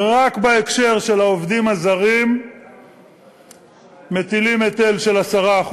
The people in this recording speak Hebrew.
רק בהקשר של העובדים הזרים מטילים היטל של 10%,